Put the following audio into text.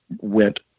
went